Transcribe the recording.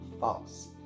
false